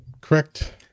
correct